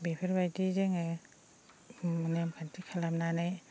बेफोरबायदि जोङो नेम खान्थि खालामनानै